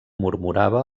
murmurava